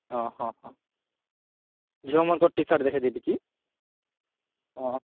ହଁ ହଁ ହଁ ଝିଅ ମାନଙ୍କର ଟି ସାର୍ଟ ଦେଖେଇ ଦେବି କି ହଁ